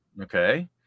Okay